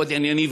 מאוד ענייני,